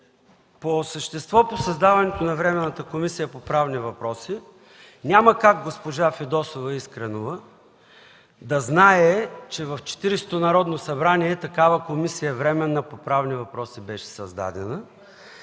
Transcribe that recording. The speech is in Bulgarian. по същество по създаването на Временната комисия по правни въпроси. Няма как госпожа Фидосова Искренова да знае, че в Четиридесетото Народно събрание такава Временна комисия по правни въпроси беше създадена.